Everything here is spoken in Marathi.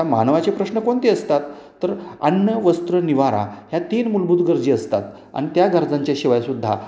त्या मानवाचे प्रश्न कोणते असतात तर अन्न वस्त्र निवारा ह्या तीन मूलभूत गरजाअसतात अन त्या गरजांच्या शिवायसुद्धा